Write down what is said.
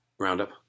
Roundup